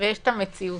ויש המציאות.